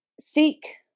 seek